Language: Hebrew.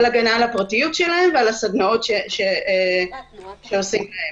על הגנה על הפרטיות שלהם ועל הסדנאות שעושים להם?